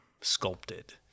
sculpted